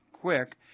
quick